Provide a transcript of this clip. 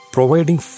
Providing